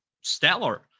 stellar